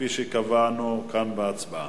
כפי שקבענו כאן בהצבעה.